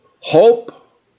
Hope